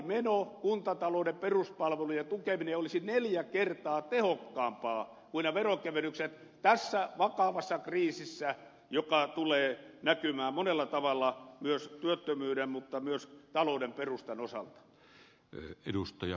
normaalimeno kuntatalouden peruspalvelujen tukeminen olisi neljä kertaa tehokkaampaa kuin nämä veronkevennykset tässä vakavassa kriisissä joka tulee näkymään monella tavalla myös työttömyyden mutta myös talouden perustan osalta